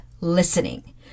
listening